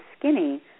skinny